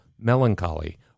melancholy